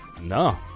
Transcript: No